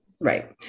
Right